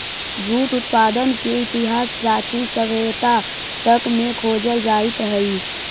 jute उत्पादन के इतिहास प्राचीन सभ्यता तक में खोजल जाइत हई